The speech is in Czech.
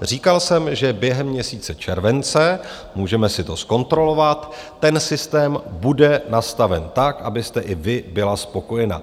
Říkal jsem, že během měsíce července, můžeme si to zkontrolovat, ten systém bude nastaven tak, abyste i vy byla spokojená.